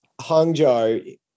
Hangzhou